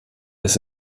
ist